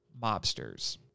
mobsters